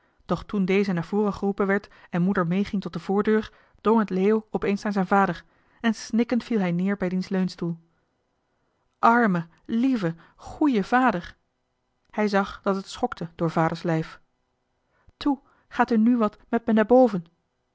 doch toen deze naar voren geroepen werd en moeder meeging tot de voordeur drong het leo opeens naar zijn vader en snikkend viel hij neer bij diens leunstoel arme lieve goeje vader hij zag dat het schokte door vaders lijf toe gaat u nu wat met me naar boven